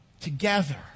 together